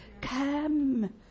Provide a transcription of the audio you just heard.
come